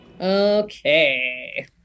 Okay